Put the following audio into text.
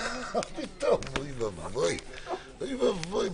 אלי אבידר,